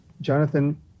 Jonathan